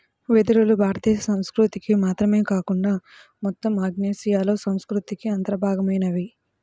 వెదురులు భారతదేశ సంస్కృతికి మాత్రమే కాకుండా మొత్తం ఆగ్నేయాసియా సంస్కృతికి అంతర్భాగమైనవి